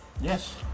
Yes